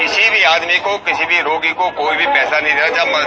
किसी भी आदमी को किसी भी रोगी को कोई भी पैसा नहीं देना होगा